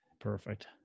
Perfect